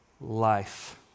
life